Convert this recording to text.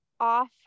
off